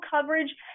coverage